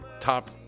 top